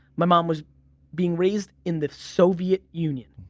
my mom was being raised in the soviet union.